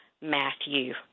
Matthew